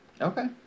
okay